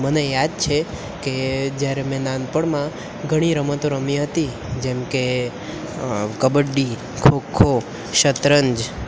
મને યાદ છે કે જ્યારે મેં નાનપણમાં ઘણી રમતો રમી હતી જેમકે કબડ્ડી ખો ખો શતરંજ